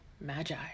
Magi